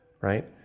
right